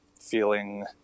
feeling